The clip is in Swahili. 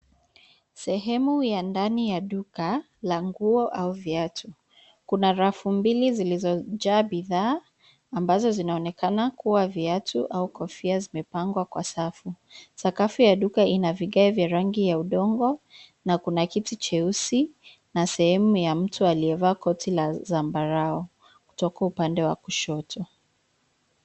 Sehemu ya ndani ya duka la nguo au viatu, kuna rafu mbili zilizojaa bidhaa ambazo zinaonekana kuwa viatu au kofia zimepangwa kwa safu. Sakafu ya duka ina vigae vya rangi ya udongo, na kuna kiti cheusi na sehemu ya mtu aliyevaa koti la zambarau, kutoka upande wa kushoto.